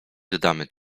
dodamy